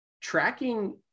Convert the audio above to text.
Tracking